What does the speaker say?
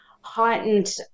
heightened